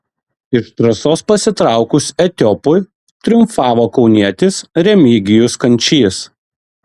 iš trasos pasitraukus etiopui triumfavo kaunietis remigijus kančys